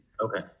Okay